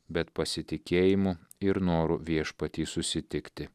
bet pasitikėjimu ir noru viešpatį susitikti